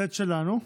הפסד שלנו.